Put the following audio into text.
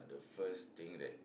first thing that